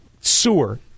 sewer